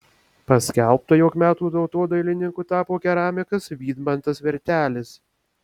paskelbta jog metų tautodailininku tapo keramikas vydmantas vertelis